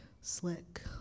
slick